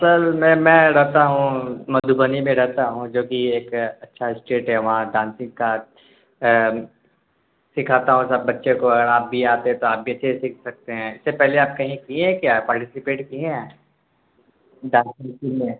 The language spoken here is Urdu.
سر میں میں رہتا ہوں مدھوبنی میں رہتا ہوں جو کہ ایک اچھا اسٹیٹ ہے وہاں ڈانسنگ کا سکھاتا ہوں سب بچے کو اگر آپ بھی آتے ہیں تو آپ بھی اچھے سیکھ سکتے ہیں اس سے پہلے آپ کہیں کیے ہیں کیا پارٹیسپیٹ کیے ہیں ڈانسگ کے لیے